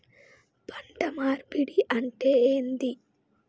పంట మార్పిడి అంటే ఏంది?